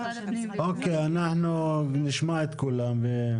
אוקיי, אנחנו נשמע את כולם.